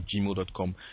gmail.com